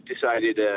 decided